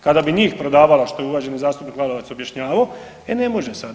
Kada bi njih prodavala što je uvaženi zastupnik Lalovac objašnjavao, e ne može sada.